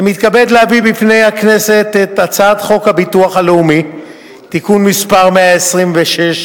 אני מתכבד להביא בפני הכנסת את הצעת חוק הביטוח הלאומי (תיקון מס' 126),